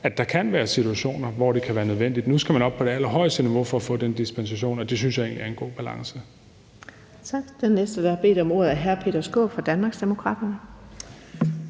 at der kan være situationer, hvor det kan være nødvendigt. Nu skal man op på det allerhøjeste niveau for at få den dispensation, og det synes jeg egentlig er en god balance.